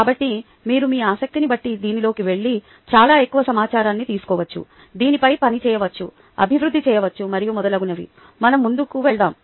కాబట్టి మీరు మీ ఆసక్తిని బట్టి దానిలోకి వెళ్లి చాలా ఎక్కువ సమాచారాన్ని తీసుకోవచ్చు దానిపై పని చేయవచ్చు అభివృద్ధి చేయవచ్చు మరియు మొదలగునవి మనం ముందుకు వెళ్దాం